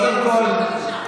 אסור שתהיה קציבת ענישה.